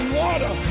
water